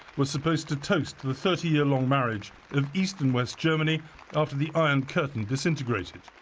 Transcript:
were supposed to toast the thirty year long marriage of east and west germany after the iron curtain disintegrated.